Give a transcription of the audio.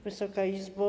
Wysoka Izbo!